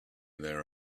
their